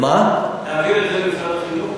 את זה למשרד החינוך?